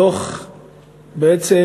הדוח בעצם